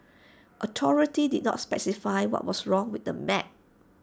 authorities did not specify what was wrong with the map